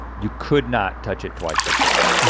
you could not touch it twice yourself.